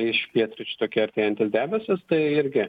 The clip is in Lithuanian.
iš pietryčių tokie artėjant debesys tai irgi